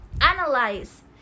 analyze